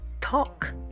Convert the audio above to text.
Talk